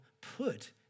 put